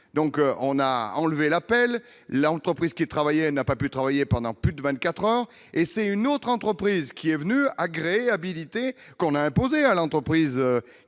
donc on a enlevé l'appel, l'entreprise qui travaillaient n'a pas pu travailler pendant plus de 24 ans, et c'est une autre entreprise qui est venu habilité qu'on a imposé à l'entreprise